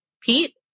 Pete